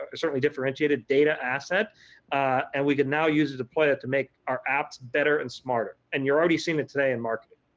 ah certainly differentiated data asset and we can now use it to deploy it to make our apps better and smarter. and you're already seeing that today in marketing.